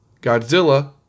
Godzilla